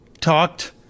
talked